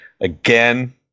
again